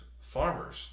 farmers